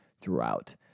throughout